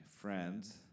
friends